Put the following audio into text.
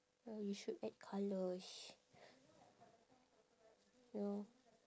ya you should add colours ya